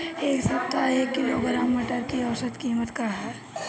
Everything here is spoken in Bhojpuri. एक सप्ताह एक किलोग्राम मटर के औसत कीमत का ह?